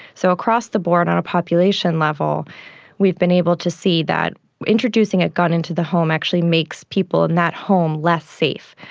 so across the board on a population level we've been able to see that introducing a gun into the home actually makes people in that home less safe.